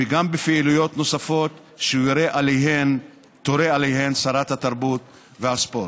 וגם בפעילויות נוספות שתורה עליהן שרת התרבות והספורט.